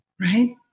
Right